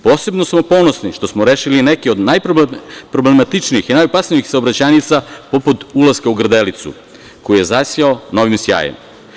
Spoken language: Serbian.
Posebno smo ponosni što smo rešili i neke od najproblematičnijih i najopasnijih saobraćajnica poput ulaska u Grdelicu, koji je zasijao novim sjajem.